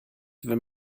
wenn